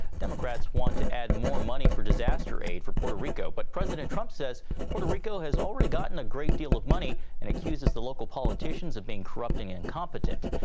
democrats want to add more money for disaster aid for puerto rico. but president trump says puerto rico has got an great deal of money and accuses the local politicians of being corrupt and incompetent.